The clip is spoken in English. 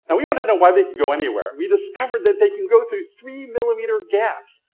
and we want to know why they can go anywhere. we discovered that they can go through three-millimeter gaps,